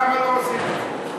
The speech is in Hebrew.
למה לא עושים את זה?